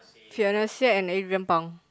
Fiona-Xie and Adrian-Pang